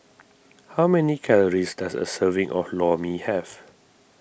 how many calories does a serving of Lor Mee have